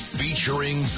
featuring